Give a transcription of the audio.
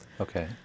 Okay